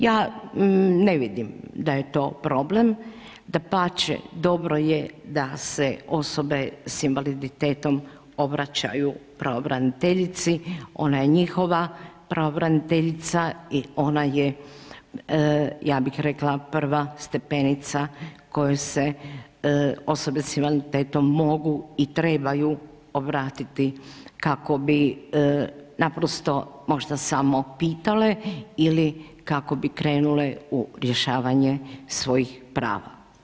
Ja ne vidim da je to problem, dapače, dobro je da se osobe s invaliditetom obraćaju pravobraniteljici, ona je njihova pravobraniteljica i ona je, ja bih rekla, prva stepenica koju se osobe s invaliditetom mogu i trebaju obratiti, kako bi naprosto možda samo pitale ili kako bi krenule u rješavanje svojih prava.